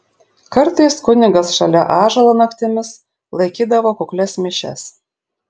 kartais kunigas šalia ąžuolo naktimis laikydavo kuklias mišias